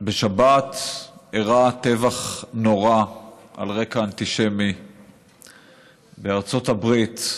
בשבת אירע טבח נורא על רקע אנטישמי בארצות הברית,